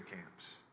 camps